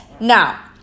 Now